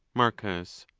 marcus.